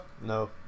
No